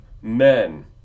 men